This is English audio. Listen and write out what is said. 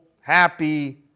happy